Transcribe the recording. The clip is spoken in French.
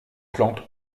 plante